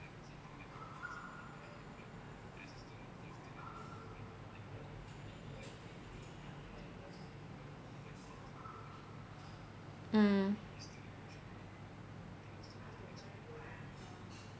mm